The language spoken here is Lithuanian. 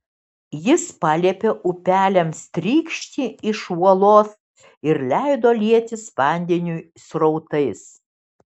jis paliepė upeliams trykšti iš uolos ir leido lietis vandeniui srautais